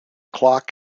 clock